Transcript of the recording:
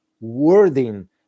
wording